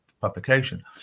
publication